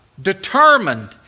Determined